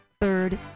Third